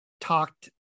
talked